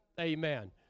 Amen